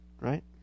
right